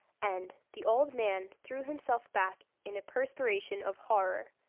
and the old man threw himself back in a perspiration of horror.